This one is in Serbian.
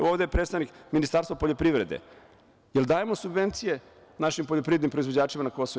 Ovde je predstavnik Ministarstva poljoprivrede, jel dajemo subvencije našim poljoprivrednim proizvođačima na KiM?